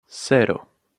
cero